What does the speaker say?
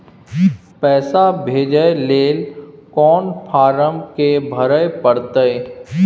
पैसा भेजय लेल कोन फारम के भरय परतै?